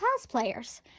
cosplayers